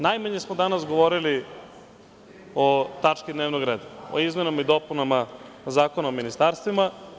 Najmanje smo danas govorili o tački dnevnog reda, o izmenama i dopunama Zakona o ministarstvima.